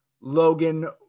logan